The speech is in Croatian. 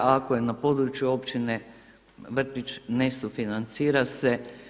Ako je na području općine vrtić ne sufinancira se.